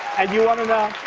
and you want to know,